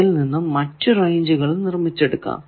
അതിൽ നിന്നും മറ്റു റേഞ്ചുകൾ നിർമിച്ചെടുക്കാം